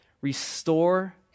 restore